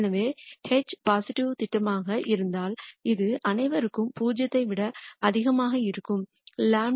எனவே H positive திட்டவட்டமாக இருந்தால் இது அனைவருக்கும் 0 ஐ விட அதிகமாக இருக்கும் δ